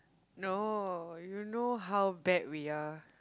no you know how bad we are